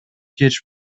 кеч